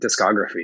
discography